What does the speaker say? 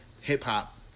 hip-hop